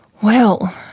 well,